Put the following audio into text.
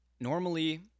normally